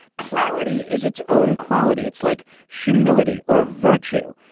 clarity is its own quality it's like humility or virtue.